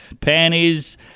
panties